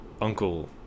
uncle